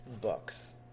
books